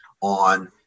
on